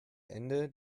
ende